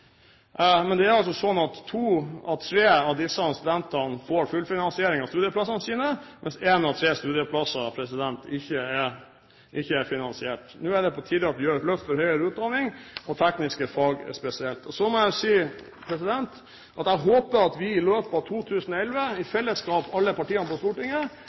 Men det er altså slik at to av tre av disse studentene får fullfinansiering av studieplassene sine, mens én av tre studieplasser ikke er finansiert. Nå er det på tide at vi gir høyere utdanning et løft, tekniske fag spesielt. Så må jeg si at jeg håper at alle partiene på Stortinget i løpet av 2011 i